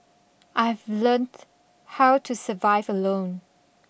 I've learnt how to survive alone